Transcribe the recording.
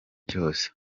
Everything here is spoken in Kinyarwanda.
cyose